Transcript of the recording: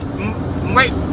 Wait